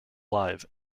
live